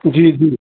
जी जी